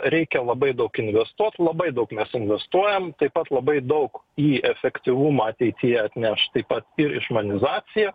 reikia labai daug investuot labai daug mes investuojam taip pat labai daug į efektyvumą ateityje atneš taip pat ir išmanizacija